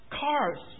cars